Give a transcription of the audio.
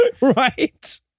Right